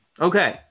Okay